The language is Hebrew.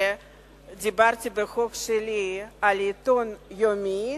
שבחוק שלי מדובר על עיתון יומי,